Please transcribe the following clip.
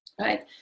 right